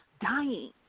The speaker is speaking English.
dying